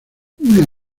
una